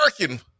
working